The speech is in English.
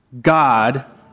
God